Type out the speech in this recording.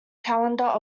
calendar